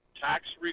tax